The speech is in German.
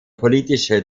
politische